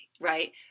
right